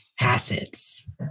Acids